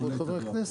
חבר הכנסת,